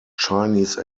chinese